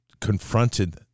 confronted